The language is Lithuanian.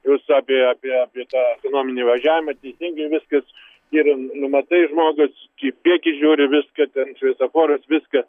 jūs apie apie apie tą ekonominį važiavimą teisingai viskas ir numatai žmogus į priekį žiūri viską ten šviesoforus viską